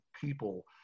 people